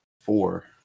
Four